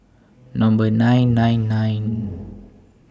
Number nine nine nine